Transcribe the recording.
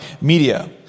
media